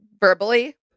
verbally